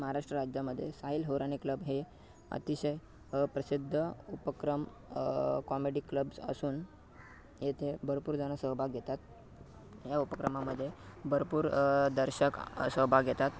महाराष्ट्र राज्यामध्ये साईल होरानी क्लब हे अतिशय प्रसिद्ध उपक्रम कॉमेडी क्लब्स असून येथे भरपूरजण सहभाग घेतात या उपक्रमामध्ये भरपूर दर्शक सहभाग घेतात